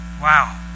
Wow